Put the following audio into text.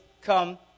come